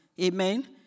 Amen